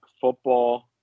football